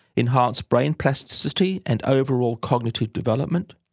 enhance brain plasticity and overall cognitive development,